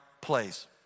place